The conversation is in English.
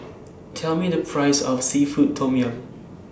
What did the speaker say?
Tell Me The Price of Seafood Tom Yum